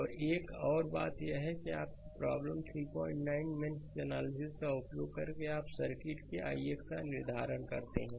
और एक और बात यह है कि आपकी प्रॉब्लम 39 मेष एनालिसिस का उपयोग करके आप सर्किट के ix का निर्धारण करते हैं